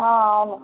ఆ అవును